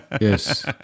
Yes